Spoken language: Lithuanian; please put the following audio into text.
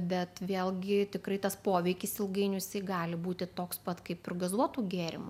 bet vėlgi tikrai tas poveikis ilgainiui jisai gali būti toks pat kaip ir gazuotų gėrimų